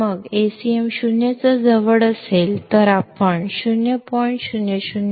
मग Acm 0 च्या जवळ असेल तर आपण 0